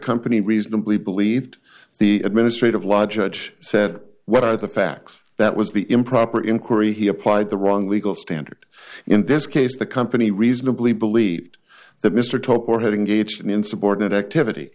company reasonably believed the administrative law judge said what are the facts that was the improper inquiry he applied the wrong legal standard in this case the company reasonably believed that mr top or having gauged in subordinate activity